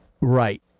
Right